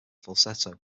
falsetto